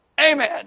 Amen